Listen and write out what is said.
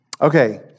Okay